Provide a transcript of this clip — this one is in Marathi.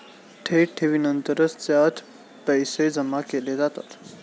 थेट ठेवीनंतरच त्यात पैसे जमा केले जातात